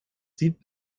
sieht